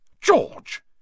George